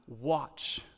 watch